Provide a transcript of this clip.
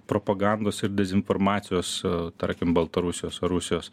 propagandos ir dezinformacijos tarkim baltarusijos ar rusijos